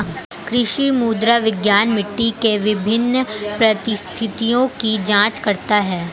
कृषि मृदा विज्ञान मिट्टी के विभिन्न परिस्थितियों की जांच करता है